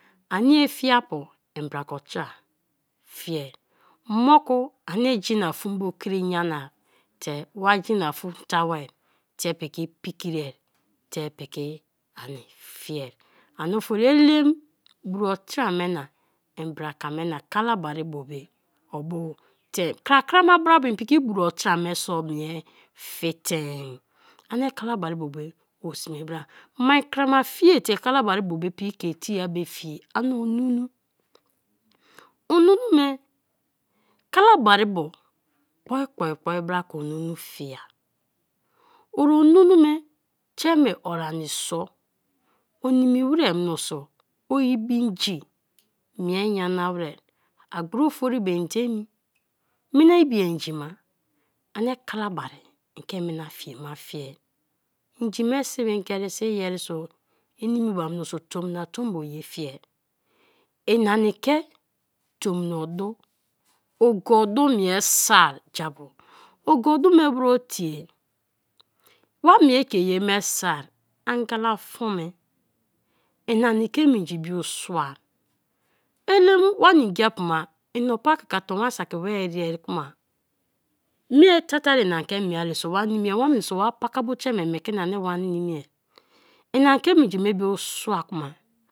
Anie fiapu mbraka otera fiea; moku ani yen afu bo krin yana te wa genafu tawo te piki pikrie te piki ani fiea ani fori elem buru otera me na mbraka me na kalabari bo be obu teim; (kra kra ma bra bu inn piki buruotera me so mie fi teim, ani kalabari bo be o sme bra mai kra ma fie te kala bari bo be piki ke tie be fie ani onunu; onunu me kalabari bo kpoi, kpoi kpoi bra ke onunu fie a; onunu me treme o ai sor animi wer mioso o ibiinji mie nyana weri agbra fori be, nde emi mina ibi inji ma ani kalabari en ke mina-fieama fiear inji me sebi ngeri so, iyeriso ini mba tomna tombo ye tie; en ani ke tomna du, ogu-odu mie soar japu; ogu-odu me bro tie? Wa mie ke ye me soar angala don me, en ani ke minji bio sua, elem wanangiapu ma ina poo a ka ka tonwa saki wa mie tatari en ani ke mie-ye so wa nimia, wana so wa paka bo tre me mi keni ani wa nimie, ani ke minji me bio sua kuma.